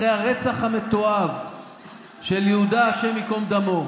אחרי הרצח המתועב של יהודה, השם ייקום דמו,